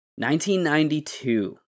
1992